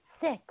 six